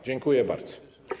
Dziękuję bardzo.